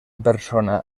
persona